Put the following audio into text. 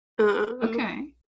Okay